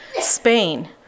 Spain